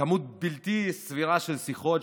כמות בלתי סבירה של שיחות,